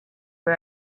for